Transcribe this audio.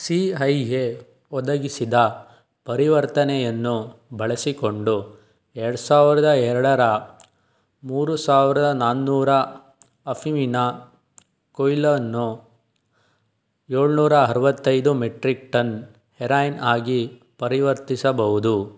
C I A ಒದಗಿಸಿದ ಪರಿವರ್ತನೆಯನ್ನು ಬಳಸಿಕೊಂಡು ಎರ್ಡು ಸಾವಿರ್ದ ಎರಡರ ಮೂರು ಸಾವಿರ್ದ ನಾನ್ನೂರ ಅಫಿವಿನ ಕೊಯ್ಲನ್ನು ಏಳ್ನೂರ ಅರವತ್ತೈದು ಮೆಟ್ರಿಕ್ ಟನ್ ಹೆರಾಯ್ನ್ ಆಗಿ ಪರಿವರ್ತಿಸಬಹುದು